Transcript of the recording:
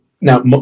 Now